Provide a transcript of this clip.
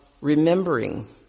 remembering